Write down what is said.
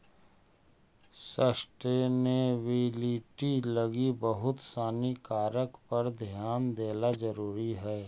sustainability लगी बहुत सानी कारक पर ध्यान देला जरुरी हई